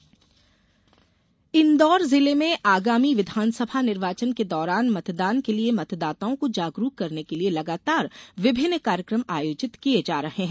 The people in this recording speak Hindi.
इंदौर मैराथन इंदौर जिले में आगामी विधानसभा निर्वाचन में मतदान के लिये मतदाताओं को जागरूक करने के लिये लगातार विभिन्न कार्यक्रम आयोजित किये जा रहे है